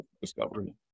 discovery